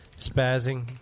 spazzing